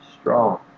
strong